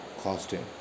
costume